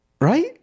right